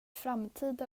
framtida